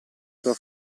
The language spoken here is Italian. tua